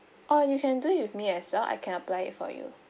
orh you can do it with me as well I can apply it for you